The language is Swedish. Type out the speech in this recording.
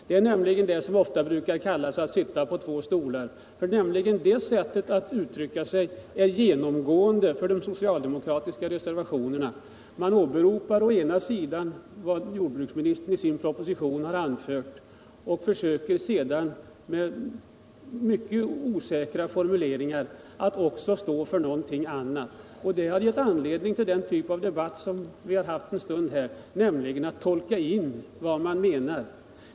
Det är nämligen detta som brukar kallas att sitta på två stolar samtidigt. Det sättet att uttrycka sig är tämligen genomgående för de socialdemokratiska reservationerna: man åberopar å ena sidan vad jordbruksministern i sin proposition har anfört och försöker å andra sidan med mycket osäkra formuleringar att också stå för någonting annat. Det har givit upphov till den typ av debatt som vi har fört en stund, när vi har försökt tolka vad som har sagts.